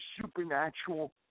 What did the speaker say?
supernatural